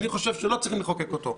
אני חושב שלא צריך לחוקק אותו,